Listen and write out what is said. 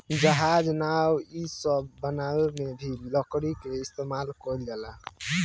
जहाज, नाव इ सब बनावे मे भी लकड़ी क इस्तमाल कइल जाला